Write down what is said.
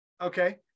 Okay